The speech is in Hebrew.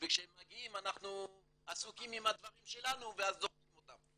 וכשהם מגיעים אנחנו עסוקים עם הדברים שלנו ואז זורקים אותם.